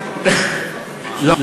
לא,